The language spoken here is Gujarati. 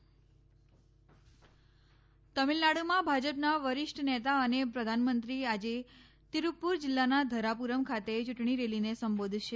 ચૂંટણી તમિલનાડુ તમિલનાડુમાં ભાજપના વરિષ્ઠ નેતા અને પ્રધાનમંત્રી આજે તિરુપ્પુર જિલ્લાના ધરાપૂરમ ખાતે ચૂંટણી રેલીને સંબોધશે